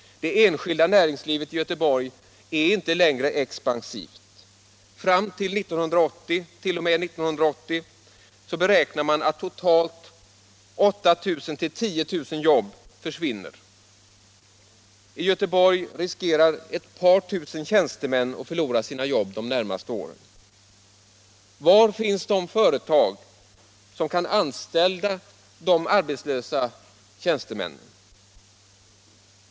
Det enskilda näringslivet i Göteborgsregionen är inte längre expansivt. år 1980 beräknar man att totalt 8 000-10 000 jobb försvinner. I Göteborg riskerar ett par tusen tjänstemän att förlora sina arbeten under de närmaste åren. Var finns de företag som kan anställa de arbetslösa — Nr 104 tjänstemännen?